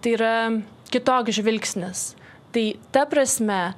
tai yra kitoks žvilgsnis tai ta prasme